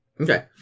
Okay